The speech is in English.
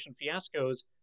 fiascos